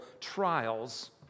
trials